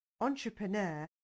entrepreneur